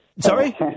Sorry